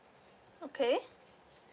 okay